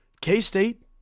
K-State